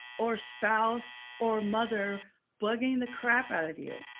or spouse or mother bugging the crap out of you.